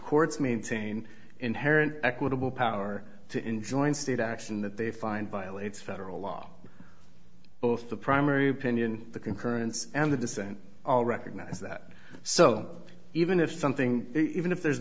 courts maintain inherent equitable power to enjoin state action that they find violates federal law both the primary opinion the concurrence and the dissent all recognize that so even if something even if there